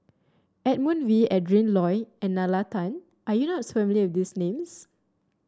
Edmund Wee Adrin Loi and Nalla Tan are you not familiar with these names